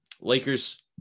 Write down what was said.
Lakers